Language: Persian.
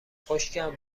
خشکم